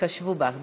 התחשבו בך.